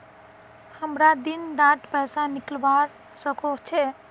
हमरा दिन डात पैसा निकलवा सकोही छै?